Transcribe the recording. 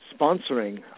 sponsoring